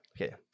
okay